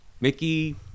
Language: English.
Mickey